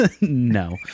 No